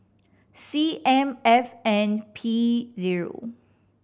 C M F N P zero